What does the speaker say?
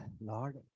Lord